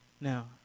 now